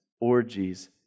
orgies